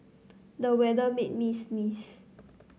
the weather made me sneeze